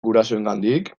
gurasoengandik